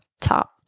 top